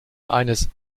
eines